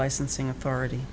licensing authority